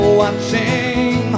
watching